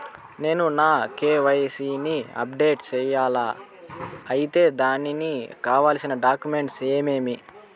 నేను నా కె.వై.సి ని అప్డేట్ సేయాలా? అయితే దానికి కావాల్సిన డాక్యుమెంట్లు ఏమేమీ?